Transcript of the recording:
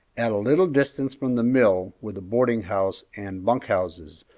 at a little distance from the mill were the boarding-house and bunk-houses,